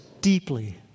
deeply